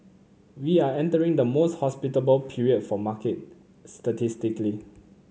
we are entering the most hospitable period for market statistically